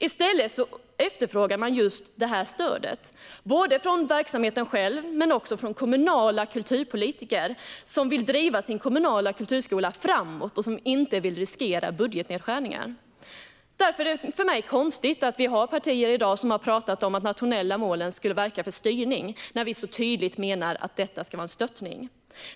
I stället efterfrågar man just detta stöd, både från verksamheten själv och från kommunala kulturpolitiker som vill driva sin kommunala kulturskola framåt och inte vill riskera budgetnedskärningar. Därför är det för mig konstigt att vissa partier i dag har talat om att de nationella målen skulle verka för styrning, när vi så tydligt menar att detta ska vara stöttning.